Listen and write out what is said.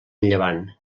llevant